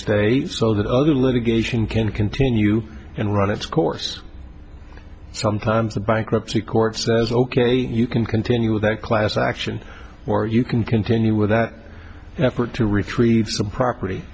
they so that other litigation can continue and run its course sometimes the bankruptcy court says ok you can continue with that class action or you can continue with that effort to retrieve some property